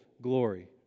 glory